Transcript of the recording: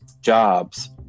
jobs